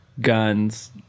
guns